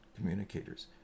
communicators